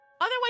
Otherwise